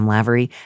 Lavery